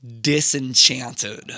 disenchanted